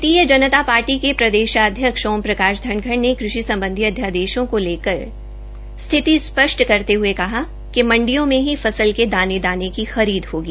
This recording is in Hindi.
भारतीय जनता पार्टी क प्रदेशाध्यक्ष ओम प्रकाश धनखड़ ने कृषि सम्बधी अध्यादेशों को लेकर स्थिति स्पष्ट करते हये कहा है कि मंडियों में ही फसल के दाने दाने की खरीद होगी